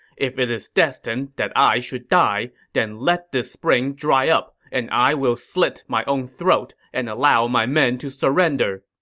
if it is destined that i should die, then let this spring dry up, and i will slit my own throat and allow my men to surrender.